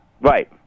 right